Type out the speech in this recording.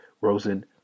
Rosen